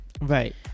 Right